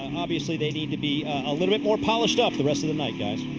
and obviously they need to be a little bit more polished up the rest of the night, guys.